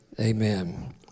amen